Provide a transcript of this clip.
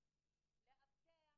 הם יכולים לעזור.